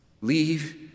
leave